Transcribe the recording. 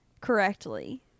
correctly